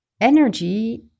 energy